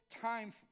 time